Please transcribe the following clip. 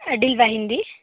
ಅಡ್ಡಿಯಿಲ್ವಾ Hindi